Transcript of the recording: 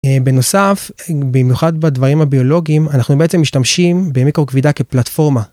בנוסף במיוחד בדברים הביולוגיים אנחנו בעצם משתמשים במיקרו כבידה כפלטפורמה.